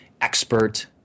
expert